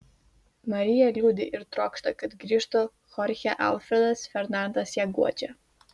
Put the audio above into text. marija liūdi ir trokšta kad grįžtų chorchė alfredas fernandas ją guodžia